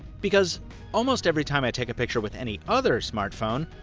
because almost every time i take a picture with any other smartphone,